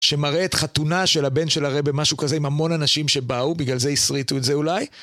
שמראה את חתונה של הבן של הרב'ה, משהו כזה, עם המון אנשים שבאו, בגלל זה הסריטו את זה אולי.